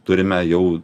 turime jau